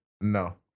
No